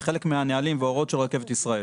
זה חלק מהנהלים וההוראות של רכבת ישראל.